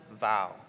vow